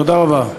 תודה רבה.